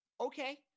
Okay